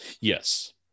yes